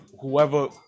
whoever